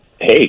hey